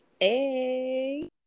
Hey